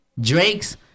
Drake's